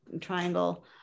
triangle